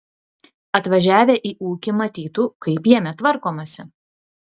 atvažiavę į ūkį matytų kaip jame tvarkomasi